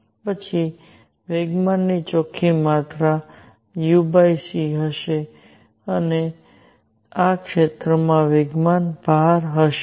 પછી વેગમાનની ચોખ્ખી માત્રા uc હશે તે આ ક્ષેત્રમાં વેગમાન ભાર છે